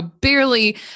barely